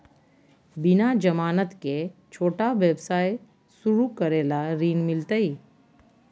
बिना जमानत के, छोटा व्यवसाय शुरू करे ला ऋण मिलतई?